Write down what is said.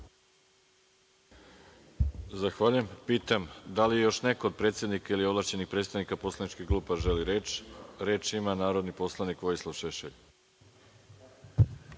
Zahvaljujem. Pitam da li još neko od predsednika, odnosno ovlašćenih predstavnika poslaničkih grupa želi reč. Reč ima narodni poslanik Vojislav Šešelj.